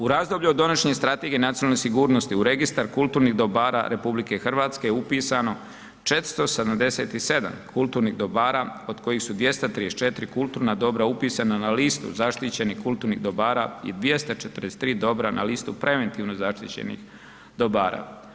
U razdoblju od donošenja Strategije nacionalne sigurnosti u Registar kulturnih dobara RH upisano je 477 kulturnih dobara od kojih su 234 kulturna dobra upisana na listu zaštićenih kulturnih dobara i 243 dobra na listu preventivno zaštićenih dobara.